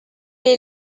est